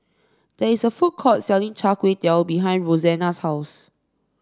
there is a food court selling Char Kway Teow behind Roxanna's house